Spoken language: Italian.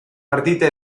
partite